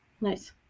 Nice